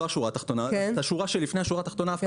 זו השורה התחתונה אבל בשורה שלפני השורה התחתונה אף אחד